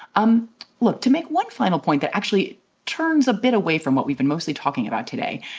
um look, to make one final point that actually turns a bit away from what we've been mostly talking about today.